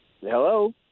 Hello